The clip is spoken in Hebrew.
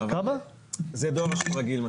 מה שאתה אומר, זה דואר רגיל.